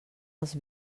als